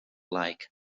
like